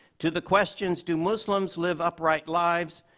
to the questions, do muslims live upright lives?